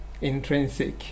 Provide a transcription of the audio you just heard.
intrinsic